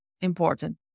important